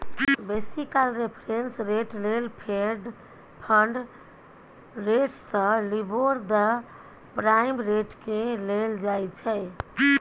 बेसी काल reference rate लेल fed fund rates, LIBOR, the prime रेटकेँ लेल जाइ छै